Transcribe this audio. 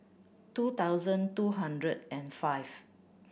two thousand two hundred and five